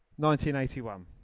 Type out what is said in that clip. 1981